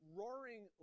roaring